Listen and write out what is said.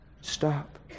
stop